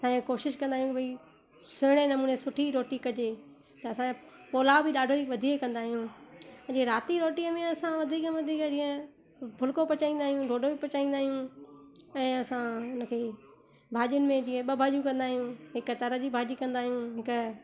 ऐं कोशिशि कंदा आहियूं भई सुहिणे नमूने सुठी रोटी कजे त असां पुलाउ बि ॾाढो ई वधीक कंदा आहियूं जे राति जी रोटीअ में असां वधीक में वधीक जीअं फुलिको पचाईंदा आहियूं डोडो ई पचाईंदा आहियूं ऐं असां उन खे भाॼियुनि में जीअं ॿ भाॼियूं कंदा आहियूं हिकु तरह जी भाॼी कंदा आहियूं के